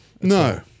No